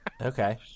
Okay